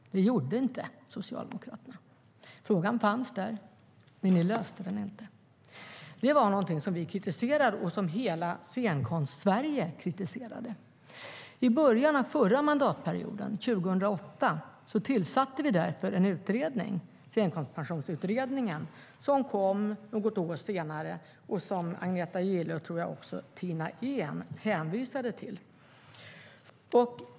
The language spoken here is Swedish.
Det gjorde inte Socialdemokraterna. Frågan fanns där, men ni löste den inte. Det var någonting som vi kritiserade och som hela Scenkonstsverige kritiserade. I början av förra mandatperioden, 2008, tillsatte vi därför en utredning, Scenkonstpensionsutredningen, som var färdig något år senare. Agneta Gille och, tror jag, Tina Ehn hänvisade till den.